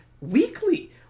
weekly